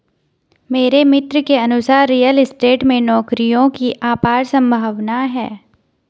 मेरे मित्र के अनुसार रियल स्टेट में नौकरियों की अपार संभावना है